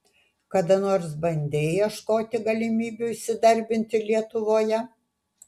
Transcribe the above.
kada nors bandei ieškoti galimybių įsidarbinti lietuvoje